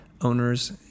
owners